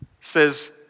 says